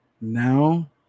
Now